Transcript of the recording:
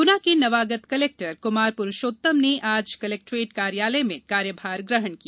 गुना के नवागत कलेक्टर कुमार पुरूषोत्तम ने आज कलेक्टेट कार्यालय में कार्यभार ग्रहण किया